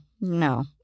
no